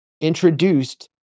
introduced